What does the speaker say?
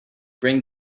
bring